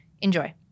Enjoy